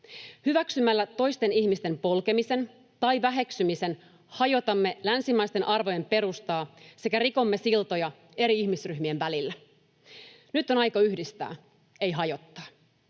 Hyväksymällä toisten ihmisten polkemisen tai väheksymisen hajotamme länsimaisten arvojen perustaa sekä rikomme siltoja eri ihmisryhmien välillä. Nyt on aika yhdistää, ei hajottaa.